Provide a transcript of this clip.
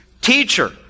teacher